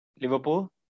Liverpool